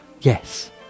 yes